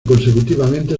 consecutivamente